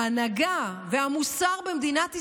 ההנהגה והמוסר במדינת ישראל.